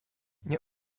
nie